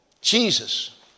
Jesus